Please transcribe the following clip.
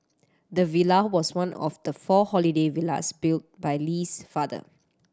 the villa was one of the four holiday villas built by Lee's father